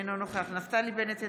אינו נוכח נפתלי בנט,